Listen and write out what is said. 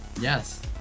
yes